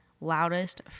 Loudest